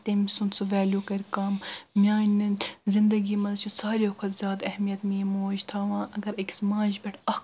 تٔمۍ سُنٛد سُہ ویلیٛوٗ کَرِ کم میٛانٮ۪ن زِنٛدگی منٛز چھِ سارِویو کھۅتہٕ زیادٕ اہمیت میٛٲنۍ موج تھاوان اگر أکِس ماجہِ پٮ۪ٹھ اَکھ